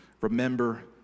Remember